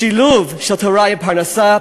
שילוב של תורה עם פרנסה.